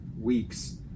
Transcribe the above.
weeks